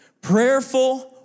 prayerful